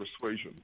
persuasion